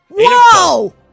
Whoa